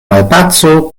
malpaco